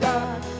God